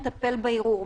מטפל בערעור?